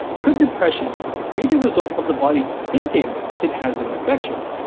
could depression be the result of the body thinking it has an infection?